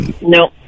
no